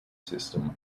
system